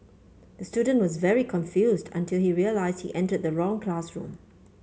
the student was very confused until he realised he entered the wrong classroom